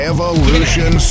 Evolution